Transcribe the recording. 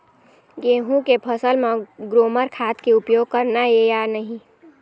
गेहूं के फसल म ग्रोमर खाद के उपयोग करना ये या नहीं?